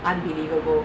unbelievable